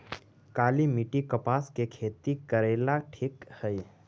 काली मिट्टी, कपास के खेती करेला ठिक हइ?